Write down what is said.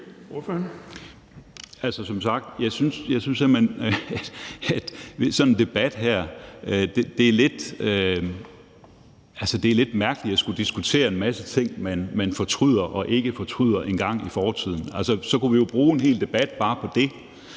det her i sådan en debat er lidt mærkeligt at skulle diskutere en masse ting fra engang i fortiden, som man fortryder eller ikke fortryder. Altså, så kunne vi jo bruge en hel debat bare på det,